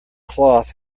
cloth